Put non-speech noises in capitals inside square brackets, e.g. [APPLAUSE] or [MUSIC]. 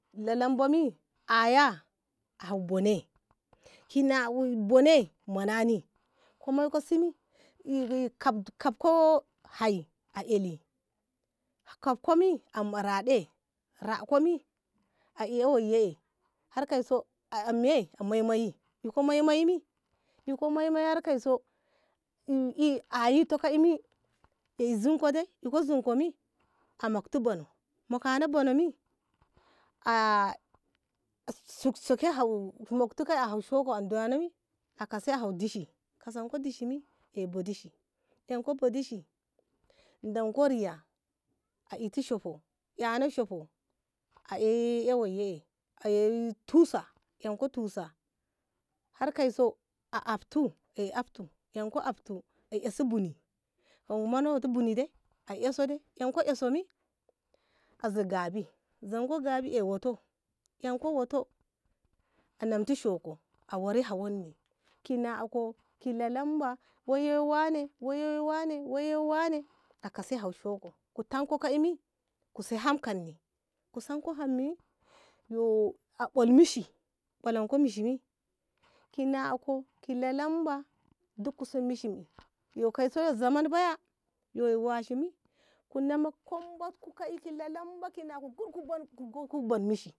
lalamba mi aya abune kina wei bune munani ku moiko simi eh eh kamko hai a eli kamko mi ham ma raɗe rako mi a iya waye'i har kaisu ameyi a maimaiyi yi iko maimaiyi har kaiso eh eh ayito ka kaiso ey zinko de iko zinko de a mukti buno fano buno yi a shokshike ham muktiko hau shakum danamu akasi hau dishi kasanko dishi mi ey budishi danko riya a iti shahu ey no shahu a ey yene ye hu ey [HESITATION] tusa enko tusa har ka iso a aftu aeka aftu ka esi buni manoti buni de eso de enko eso bi a zigabi zanko gabi ae wato enko wato ananti shoku a ware awun ni ki nako ki lalamba waiye wane waiye wane akasi weishukko tanko ka ka'i sai hamkani ku se hamkanni kuseko ham mi yo a bulmishi anonko mishi bi kinako kinako lalambo duk ku sumi shiɗi yo kaisoyu zaman baya yo washibi kuno ma kunba ku kot ki lalamba kina ku gud bonishi